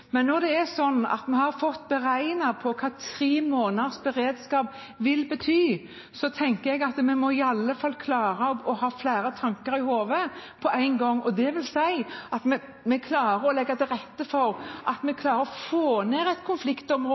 Men når vi har fått beregnet hva tre måneders beredskap vil bety, tenker jeg at vi i alle fall må klare å ha flere tanker i hodet på en gang. Det vil si at vi klarer å legge til rette for å få ned et konfliktområde